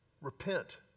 Repent